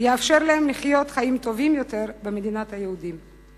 יאפשר להם לחיות חיים טובים יותר במדינת היהודים.